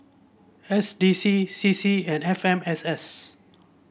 S D C C C and F M S S